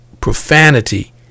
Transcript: profanity